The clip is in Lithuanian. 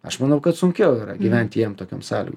aš manau kad sunkiau gyvent jiem tokiom sąlygom